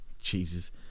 Jesus